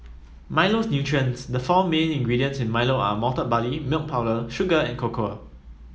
Milo's nutrients the four main ingredients in Milo are malted barley milk powder sugar and cocoa